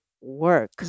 work